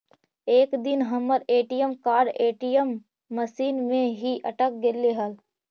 एक दिन हमर ए.टी.एम कार्ड ए.टी.एम मशीन में ही अटक गेले हल